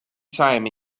time